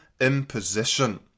imposition